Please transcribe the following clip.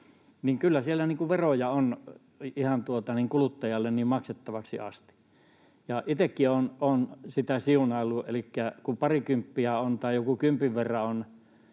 niin kyllä siellä veroja on kuluttajalle ihan maksettavaksi asti. Itsekin olen sitä siunaillut. Elikkä kun jonkun parikymppiä tai kympin verran on